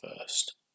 first